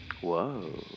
Whoa